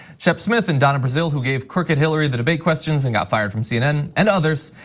shep smith and donna brazile, who gave crooked hillary the debate questions and got fired from cnn and others,